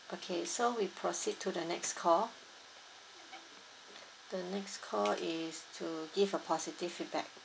okay so we proceed to the next call the next call is to give a positive feedback